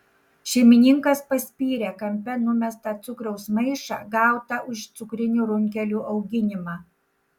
šeimininkas paspyrė kampe numestą cukraus maišą gautą už cukrinių runkelių auginimą